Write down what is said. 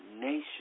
nation